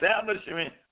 establishment